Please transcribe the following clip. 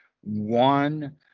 one